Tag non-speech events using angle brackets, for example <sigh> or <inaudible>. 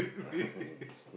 <laughs>